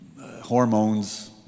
hormones